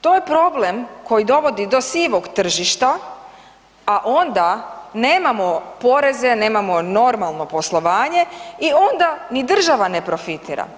To je problem koji dovodi do sivog tržišta a onda nemamo poreze, nemamo normalno poslovanje i onda ni država ne profitira.